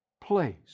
place